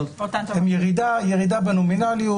הן ירידה בנומינליות,